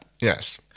yes